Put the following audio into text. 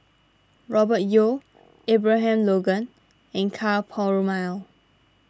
Robert Yeo Abraham Logan and Ka Perumal